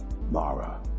Mara